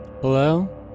Hello